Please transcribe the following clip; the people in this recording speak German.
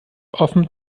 offen